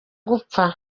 gupfa